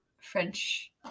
French